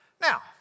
Now